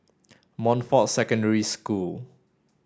Montfort Secondary School